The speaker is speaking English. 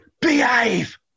behave